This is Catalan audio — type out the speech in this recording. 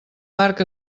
marc